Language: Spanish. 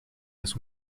las